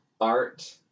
art